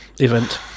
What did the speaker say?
event